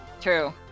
true